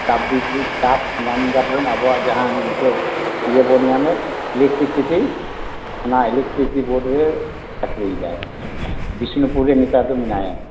ᱛᱟᱯᱵᱤᱫᱽᱫᱩᱛ ᱛᱟᱯ ᱧᱟᱢ ᱮᱫᱟᱵᱚᱱ ᱟᱵᱚᱣᱟᱜ ᱡᱟᱦᱟᱸ ᱱᱤᱛᱚᱜ ᱤᱭᱟᱹ ᱵᱚᱱ ᱧᱟᱢᱮᱫ ᱤᱞᱮᱠᱴᱨᱤᱥᱤᱴᱤ ᱚᱱᱟ ᱤᱞᱮᱠᱴᱤᱥᱤᱴᱤ ᱵᱳᱨᱰ ᱨᱮ ᱪᱟᱠᱨᱤᱭᱮᱫᱟᱭ ᱵᱤᱥᱱᱩᱯᱩᱨ ᱨᱮ ᱱᱮᱛᱟᱨ ᱫᱚ ᱢᱮᱱᱟᱭᱟ